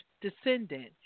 descendant